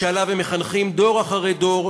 שעליו הם מחנכים דור אחרי דור,